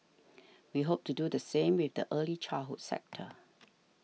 we hope to do the same with the early childhood sector